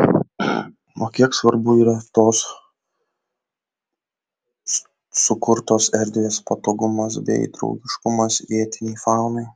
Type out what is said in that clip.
o kiek svarbu yra tos sukurtos erdvės patogumas bei draugiškumas vietinei faunai